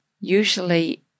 Usually